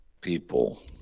people